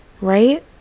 Right